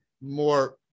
more